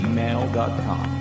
Gmail.com